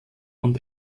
und